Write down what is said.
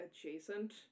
adjacent